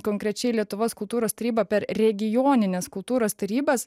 konkrečiai lietuvos kultūros taryba per regionines kultūros tarybas